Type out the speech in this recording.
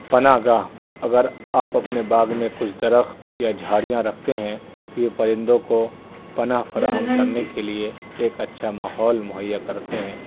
پناہ گاہ اگر آپ اپنے باغ میں کچھ درخت یا جھاڑیاں رکھتے ہیں تو یہ پرندوں کو پناہ فراہم کرنے کے لیے ایک اچھا ماحول مہیا کرتے ہیں